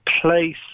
place